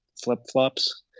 flip-flops